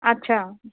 अच्छा